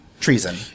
treason